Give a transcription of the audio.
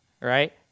right